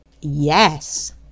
Yes